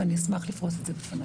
ואני אשמח לפרוס את זה בפניך.